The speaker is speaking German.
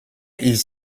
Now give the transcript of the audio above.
ist